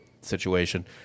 situation